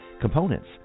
Components